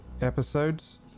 episodes